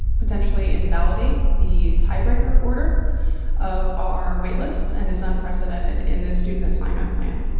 potentially invalidate the tiebreaker order of our waitlist and is unprecedented in the student assignment plan.